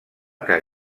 que